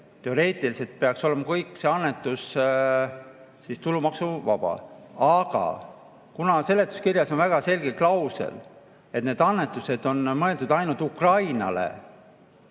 teoreetiliselt olema kõik tulumaksuvabad. Aga kuna seletuskirjas on väga selge klausel, et need annetused on mõeldud ainult Ukrainale,